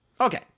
Okay